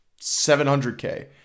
700K